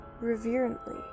reverently